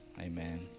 amen